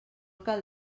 cal